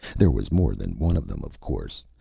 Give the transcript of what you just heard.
there was more than one of them, of course.